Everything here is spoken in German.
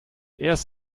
erst